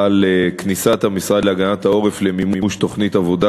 כניסת המשרד להגנת העורף למימוש תוכנית עבודה